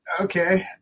Okay